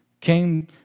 came